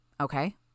Okay